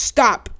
Stop